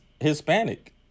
Hispanic